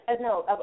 no